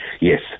Yes